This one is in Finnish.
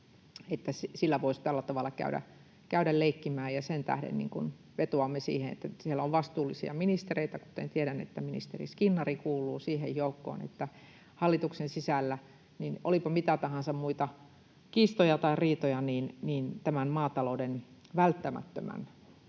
sillä voisi tällä tavalla käydä leikkimään, ja sen tähden vetoamme siihen — siellä on vastuullisia ministereitä, kuten tiedän, että ministeri Skinnari kuuluu siihen joukkoon — että olipa hallituksen sisällä mitä tahansa muita kiistoja tai riitoja, niin tämä maatalouden välttämätön